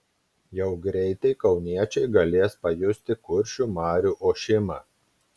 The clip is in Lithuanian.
jau greitai kauniečiai galės pajusti kuršių marių ošimą